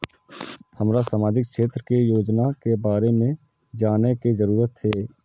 हमरा सामाजिक क्षेत्र के योजना के बारे में जानय के जरुरत ये?